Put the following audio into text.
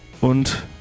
und